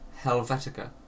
Helvetica